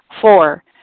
Four